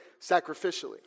sacrificially